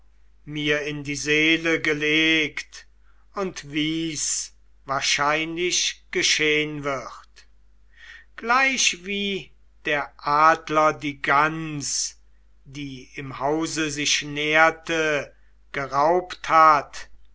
mir in die seele gelegt und wie's wahrscheinlich geschehn wird gleichwie der adler die gans die im hause sich nährte geraubt hat